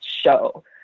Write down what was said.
show